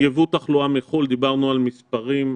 ייבוא תחלואה מחו"ל דיברנו על מספרים.